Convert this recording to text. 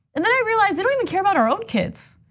and then i realized they don't even care about our own kids.